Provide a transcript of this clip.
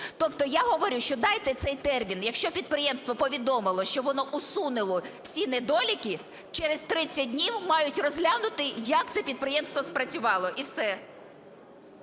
Тобто я говорю, що дайте цей термін, якщо підприємство повідомило, що воно усунуло всі недоліки, через 30 днів мають розглянути, як це підприємство спрацювало. І все.